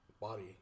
body